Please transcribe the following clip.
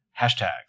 Hashtags